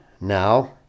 now